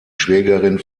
schwägerin